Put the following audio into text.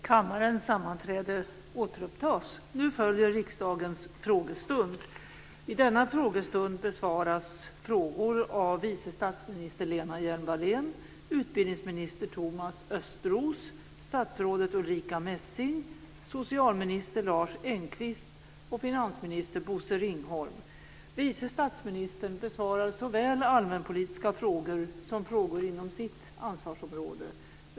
Följande statsråd deltar vid dagens frågestund: Messing besvarar såväl allmänpolitiska frågor som frågor inom sitt eget ansvarsområde. Övriga statsråd besvarar var och en frågor som berör deras områden.